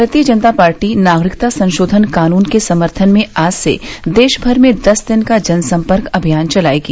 भारतीय जनता पार्टी नागरिकता संशोधन कानून के समर्थन में आज से देश भर में दस दिन का जनसंपर्क अभियान चलाएगी